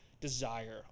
desire